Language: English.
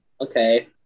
Okay